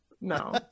No